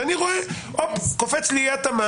ואז אני רואה שקופצת לי פתאום אי-התאמה.